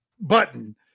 button